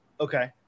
Okay